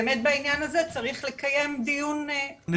--- אני חושבת שבאמת בעניין הזה צריך לקיים דיון נפרד.